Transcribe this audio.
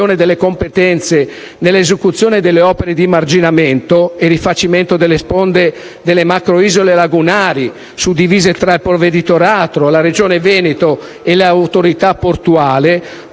nell'esecuzione delle opere di marginamento (e rifacimento delle sponde delle macroisole lagunari) suddivisa tra il Provveditorato, la Regione Veneto e l'Autorità portuale,